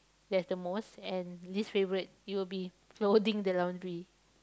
that's the most and least favourite it will be folding the laundry